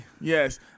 Yes